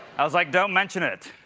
i was like, don't mention it.